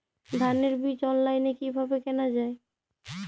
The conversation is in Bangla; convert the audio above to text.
ধানের বীজ অনলাইনে কিভাবে কেনা যায়?